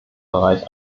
bereich